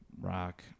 rock